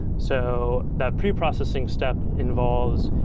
so that preprocessing step involves,